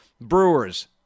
Brewers